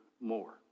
more